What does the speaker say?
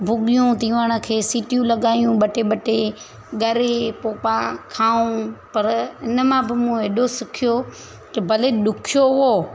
भुगियूं तीवण खे सिटियूं लॻायूं ॿ टे ॿ टे गरे पोइ पा खाऊं पर इन मां बि मूं एॾो सिखियो की भले ॾुखियो हुओ